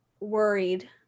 worried